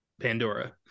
Pandora